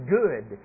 good